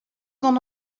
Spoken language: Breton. gant